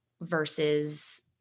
versus